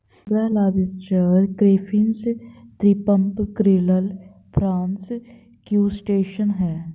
केकड़ा lobster crayfish shrimp krill prawns crustacean है